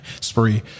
spree